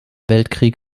weltkrieg